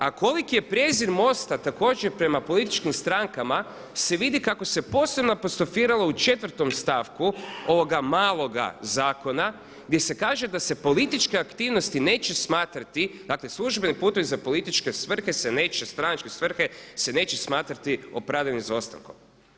A koliki je prijezir MOST-a također prema političkim strankama se vidi kako se posebno apostrofiralo u 4. stavku ovoga maloga zakona, gdje se kaže da se političke aktivnosti neće smatrati, dakle službeni putevi za političke svrhe se neće stranačke svrhe se neće smatrati opravdanim izostankom.